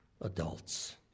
adults